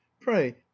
pray